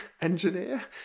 engineer